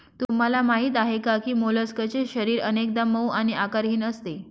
तुम्हाला माहीत आहे का की मोलस्कचे शरीर अनेकदा मऊ आणि आकारहीन असते